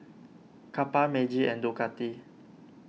Kappa Meiji and Ducati